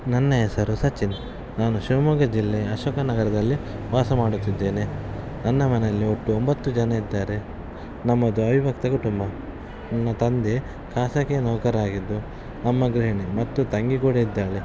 ನನ್ನ ಹೆಸರು ಸಚಿನ್ ನಾನು ಶಿವಮೊಗ್ಗ ಜಿಲ್ಲೆ ಅಶೋಕನಗರದಲ್ಲಿ ವಾಸ ಮಾಡುತ್ತಿದ್ದೇನೆ ನನ್ನ ಮನೇಲ್ಲಿ ಒಟ್ಟು ಒಂಬತ್ತು ಜನ ಇದ್ದಾರೆ ನಮ್ಮದು ಅವಿಭಕ್ತ ಕುಟುಂಬ ನನ್ನ ತಂದೆ ಖಾಸಗಿ ನೌಕರರಾಗಿದ್ದು ಅಮ್ಮ ಗೃಹಿಣಿ ಮತ್ತು ತಂಗಿ ಕೂಡ ಇದ್ದಾಳೆ